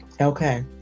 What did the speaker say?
Okay